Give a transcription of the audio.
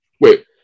Wait